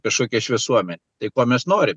kažkokią šviesuomenę tai ko mes norim